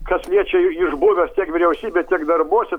kas liečia išbuvęs tiek vyriausybėj tiek darbuose